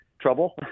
trouble